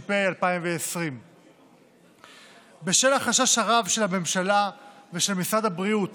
התש"ף 2020. בשל החשש הרב של הממשלה ושל משרד הבריאות